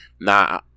Nah